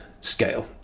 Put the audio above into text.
scale